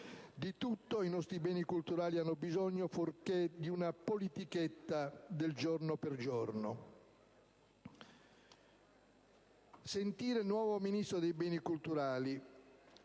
Di tutto i nostri beni culturali hanno bisogno fuorché di una politichetta del giorno per giorno. Sentire il nuovo Ministro per i beni culturali,